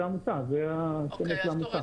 זה עמותה, זה השלט של העמותה.